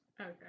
Okay